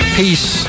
peace